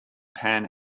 pan